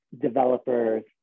developers